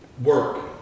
work